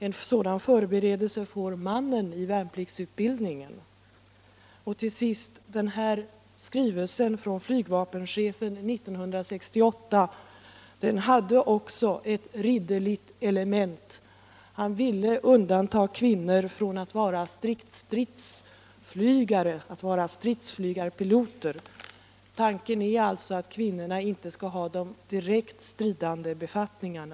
En sådan förberedelse får Till sist: Skrivelsen från flygvapenchefen 1968 hade också ett ridderligt element. Han ville undanta kvinnor från befattningar som stridsflygare. Tanken är alltså att kvinnorna inte skall ha de direkt stridande befattningarna.